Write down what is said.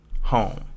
home